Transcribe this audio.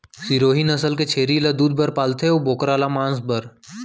सिरोही नसल के छेरी ल दूद बर पालथें अउ बोकरा ल मांस बर